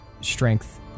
strength